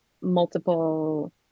multiple